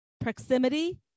Proximity